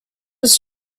was